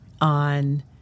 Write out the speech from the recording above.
on